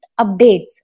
updates